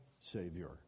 Savior